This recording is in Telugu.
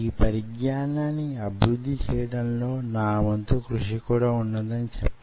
ఈ సమీకరణాన్ని స్టోనీ సమీకరణం స్టోనీస్ ఈక్వెషన్ అని అంటారు